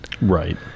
Right